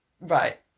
right